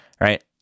right